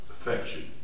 Affection